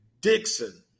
Dixon